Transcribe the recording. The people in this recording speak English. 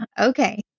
Okay